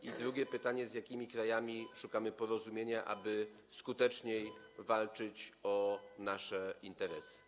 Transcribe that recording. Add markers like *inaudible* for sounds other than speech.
I drugie pytanie: Z jakimi krajami szukamy porozumienia, *noise* aby skuteczniej walczyć o nasze interesy?